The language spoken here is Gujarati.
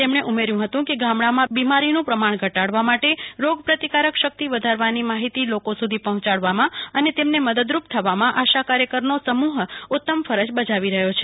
તેમને ઉમેરી હતું કે ગામડા માં બીમારી નું પ્રમાણ ઘટાડવા માટે રોગ પ્રતિકાર શક્તિ વધારવાની માહિતી લોકો સુધી પહોંચાડવા માં અને તેમને મદદરૂપ થવા માં આશા કાર્યકરનો સમૂહ ઉત્તમ ફરજ બજાવી રહયો છે